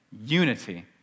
unity